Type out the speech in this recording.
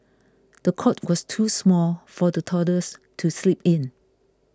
the cot was too small for the toddlers to sleep in